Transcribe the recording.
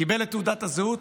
קיבל את תעודת הזהות,